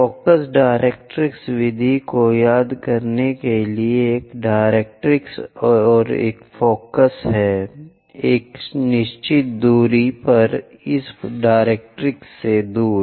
focus directrix विधि को याद करने के लिए एक डायरेक्ट्रीक्स और एक फ़ोकस है एक निश्चित दूरी पर इस डायरेक्ट्रिक्स से दूर